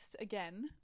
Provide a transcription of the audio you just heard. again